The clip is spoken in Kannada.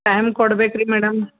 ಟೈಮ್ ಕೊಡ್ಬೇಕು ರೀ ಮೇಡಮ್